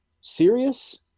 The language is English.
serious